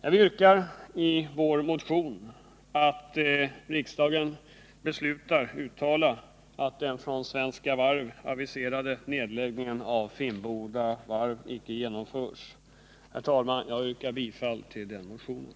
Vi yrkar i vår motion att riksdagen beslutar uttala att den från Svenska Varv aviserade nedläggningen av Finnboda Varv inte genomförs. Herr talman! Jag yrkar bifall till den motionen.